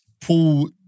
pull